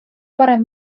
parem